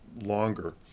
longer